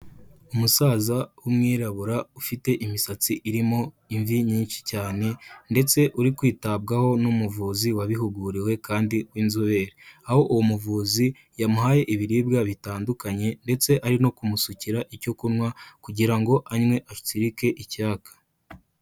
Umusaza w'umwirabura ufite imisatsi irimo imvi nyinshi cyane ndetse uri kwitabwaho n'umuvuzi wabihuguriwe kandi w'inzobere, aho uwo muvuzi yamuhaye ibiribwa bitandukanye ndetse ari no kumusukira icyo kunywa kugira ngo anywe atsirike icyaka.